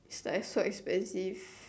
I thought it's expensive